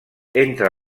entre